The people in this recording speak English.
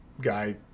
guy